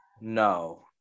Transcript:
No